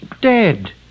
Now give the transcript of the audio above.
dead